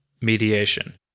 mediation